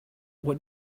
what